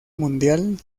mundial